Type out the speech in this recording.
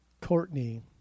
Courtney